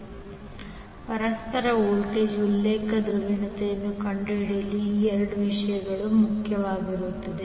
ಆದ್ದರಿಂದ ಪರಸ್ಪರ ವೋಲ್ಟೇಜ್ನ ಉಲ್ಲೇಖ ಧ್ರುವೀಯತೆಯನ್ನು ಕಂಡುಹಿಡಿಯಲು ಈ ಎರಡು ವಿಷಯಗಳು ಮುಖ್ಯವಾಗಿವೆ